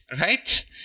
right